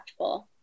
impactful